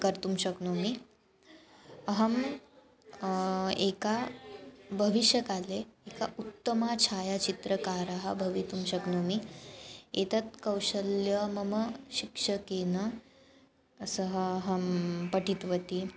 कर्तुं शक्नोमि अहम् एका भविष्यकाले एका उत्तमा छायाचित्रकारिणी भवितुं शक्नोमि एतत् कौशलं मम शिक्षकेन सह अहं पठितवती